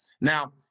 Now